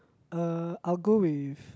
uh I'll go with